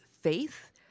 Faith